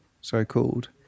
so-called